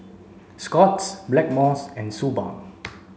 Scott's Blackmores and Suu Balm